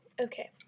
Okay